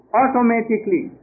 automatically